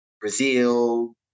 Brazil